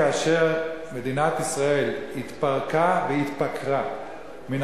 כאשר מדינת ישראל התפרקה והתפקרה מן